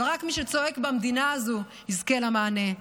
אבל רק מי שצועק במדינה הזו יזכה למענה.